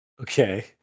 Okay